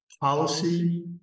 policy